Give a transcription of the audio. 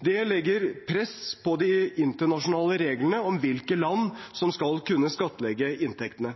Det legger press på de internasjonale reglene om hvilke land som skal kunne skattlegge inntektene.